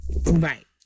right